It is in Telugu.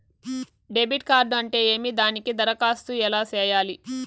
డెబిట్ కార్డు అంటే ఏమి దానికి దరఖాస్తు ఎలా సేయాలి